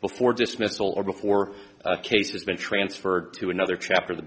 before dismissal or before a case has been transferred to another chapter the